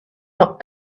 not